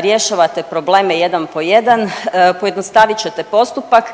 rješavate probleme jedan po jedan, pojednostavit ćete postupak.